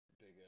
big